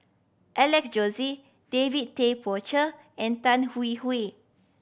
Alex Josey David Tay Poey Cher and Tan Hwee Hwee